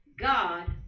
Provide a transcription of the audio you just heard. God